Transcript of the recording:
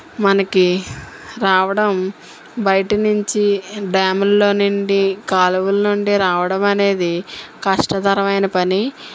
మనకు రావడం బయట నుంచి డ్యాములలో నుండి కాలువల నుండి రావడం అనేది కష్టతరమైన పని